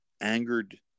angered